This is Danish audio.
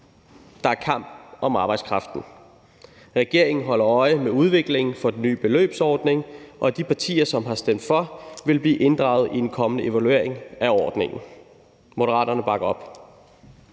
Der er kamp om arbejdskraften. Regeringen holder øje med udviklingen for den nye beløbsordning, og de partier, som har stemt for, vil blive inddraget i en kommende evaluering af ordningen. Moderaterne bakker op.